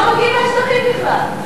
הם לא מגיעים מהשטחים בכלל.